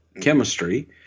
chemistry